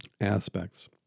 aspects